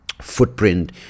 footprint